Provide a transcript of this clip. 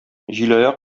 җилаяк